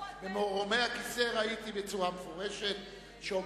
הצביעו רק ארבעה שרים.